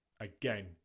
again